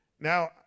Now